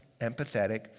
empathetic